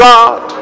God